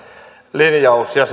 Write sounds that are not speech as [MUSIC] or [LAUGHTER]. linjaus ja [UNINTELLIGIBLE]